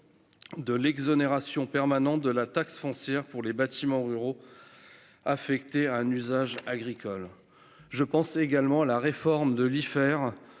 de l'exonération permanente de taxe foncière pour les bâtiments ruraux affectés à un usage agricole. Je pense également à la réforme de l'Ifer